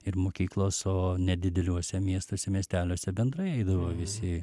ir mokyklos o nedideliuose miestuose miesteliuose bendrai eidavo visi